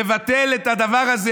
לבטל את הדבר הזה,